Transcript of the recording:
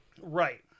Right